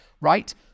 right